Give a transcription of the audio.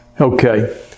Okay